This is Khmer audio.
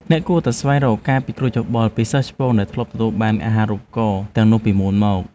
អ្នកគួរតែស្វែងរកការពិគ្រោះយោបល់ពីសិស្សច្បងដែលធ្លាប់ទទួលបានអាហារូបករណ៍ទាំងនោះពីមុនមក។